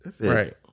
Right